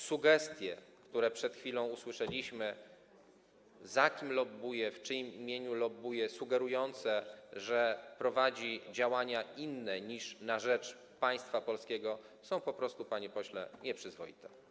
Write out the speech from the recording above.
Sugestie, które przed chwilą usłyszeliśmy - za kim lobbuje, w czyim imieniu lobbuje - sugerujące, że prowadzi działania inne niż na rzecz państwa polskiego, są po prostu, panie pośle, nieprzyzwoite.